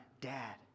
Dad